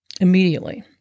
immediately